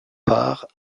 part